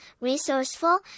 resourceful